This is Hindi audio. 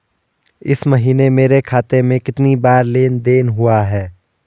इस महीने मेरे खाते में कितनी बार लेन लेन देन हुआ है?